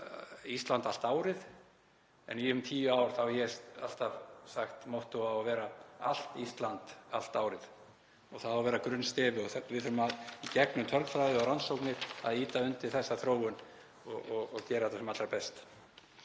Ísland allt árið en í um tíu ár þá hef ég alltaf sagt að mottóið eigi að vera: Allt Ísland, allt árið. Það á að vera grunnstefið. Við þurfum, í gegnum tölfræði og rannsóknir, að ýta undir þessa þróun og gera þetta sem allra best.